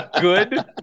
good